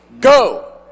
go